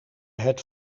het